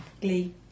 glee